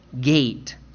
gate